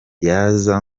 yaza